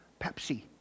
Pepsi